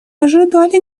ожидали